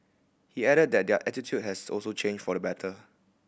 he added that their attitude has also changed for the better